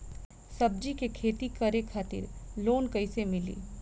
सब्जी के खेती करे खातिर लोन कइसे मिली?